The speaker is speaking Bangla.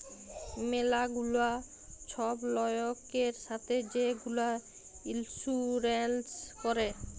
ম্যালা গুলা ছব লয়কের ছাথে যে গুলা ইলসুরেল্স ক্যরে